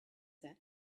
that